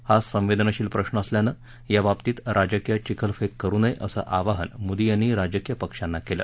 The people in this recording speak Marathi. हा संवेदनशील प्रश्र असल्यानं याबाबतीत राजकीय चिखलफेक करु नये असं आवाहन मोदी यांनी राजकीय पक्षांना केलं